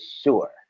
sure